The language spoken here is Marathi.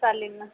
हां चालेल ना